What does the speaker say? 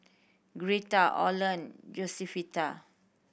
Greta Oland Josefita